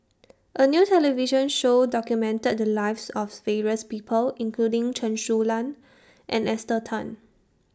A New television Show documented The Lives of various People including Chen Su Lan and Esther Tan